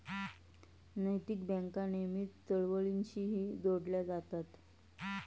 नैतिक बँका नेहमीच चळवळींशीही जोडल्या जातात